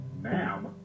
Ma'am